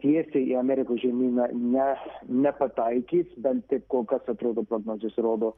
tiesiai į amerikos žemyną ne nepataikys bent taip kol kas atrodo prognozės rodo